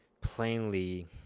plainly